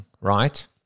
right